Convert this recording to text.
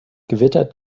gewittert